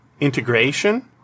integration